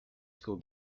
school